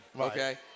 okay